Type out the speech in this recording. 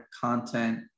content